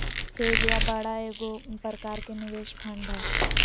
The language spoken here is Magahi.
हेज या बाड़ा एगो प्रकार के निवेश फंड हय